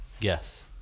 Yes